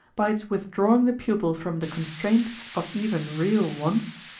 by its withdrawing the pupil from the constraint of even real wants,